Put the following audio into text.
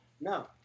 No